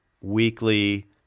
weekly